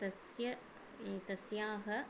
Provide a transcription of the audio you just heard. तस्य तस्याः